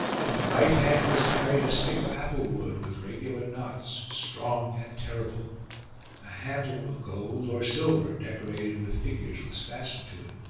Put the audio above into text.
in the right hand was carried a stick of apple-wood, with regular knots, strong and terrible a handle of gold or silver decorated with figures was fastened to it.